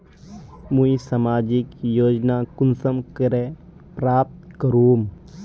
मुई सामाजिक योजना कुंसम करे प्राप्त करूम?